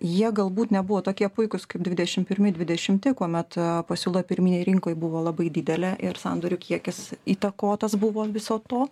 jie galbūt nebuvo tokie puikūs kaip dvidešim pirmi dvidešimti kuomet pasiūla pirminėj rinkoj buvo labai didelė ir sandorių kiekis įtakotas buvo viso to